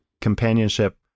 companionship